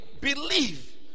believe